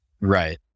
Right